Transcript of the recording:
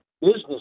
business